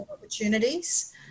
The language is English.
opportunities